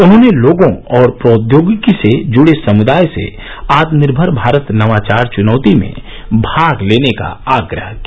उन्होंने लोगों और प्रौद्योगिकी से जूड़े समुदाय से आत्मनिर्भर भारत नवाचार चुनौती में भाग लेने का आग्रह किया